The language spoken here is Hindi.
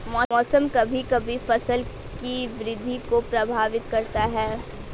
मौसम कभी कभी फसल की वृद्धि को प्रभावित करता है